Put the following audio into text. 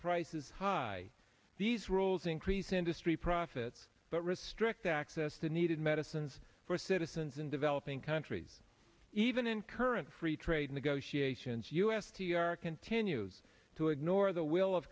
prices high these rules increase industry profits but restrict access to needed medicines for citizens in developing countries even in current free trade negotiations u s t r continues to ignore the will of